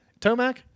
Tomac